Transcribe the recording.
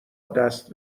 دست